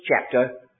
chapter